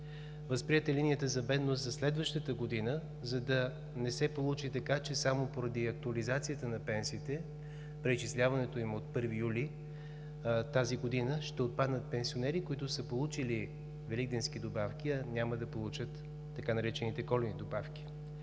Възприета е линията на бедност за следващата година, за да не се получи така, че само поради актуализацията на пенсиите, с преизчисляването им от 1 юли тази година, ще отпаднат пенсионери, които са получили великденски добавки, а няма да получат така наречените „коледни добавки“.